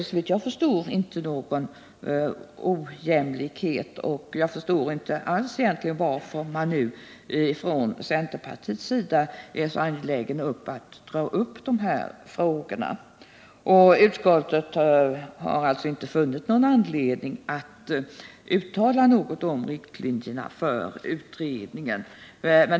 Såvitt jag förstår råder här ingen ojämlikhet. Jag förstår egentligen inte alls varför man nu från centerpartiets sida är så angelägen att ta upp de här frågorna. Utskottet har inte funnit någon anledning att uttala sig om riktlinjerna för utredningen.